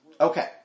Okay